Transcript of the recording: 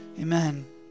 Amen